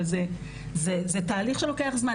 אבל זה תהליך שלוקח זמן,